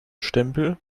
stempel